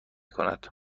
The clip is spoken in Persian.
کند